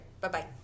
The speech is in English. Bye-bye